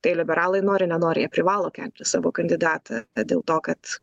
tai liberalai nori nenori jie privalo kelti savo kandidatą dėl to kad